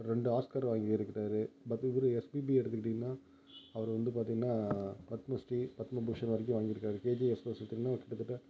ரெண்டு ஆஸ்கர் வாங்கிருக்குறார் மற்றபடி எஸ்பிபியை எடுத்துக்கிட்டிங்கனா அவர் வந்து பார்த்திங்கன்னா பத்மஸ்ரீ பத்மபூஷன் வரைக்கும் வாங்கிருக்கார் கேஜே யேசுதாஸ் பார்த்திங்கன்னா கிட்டத்தட்ட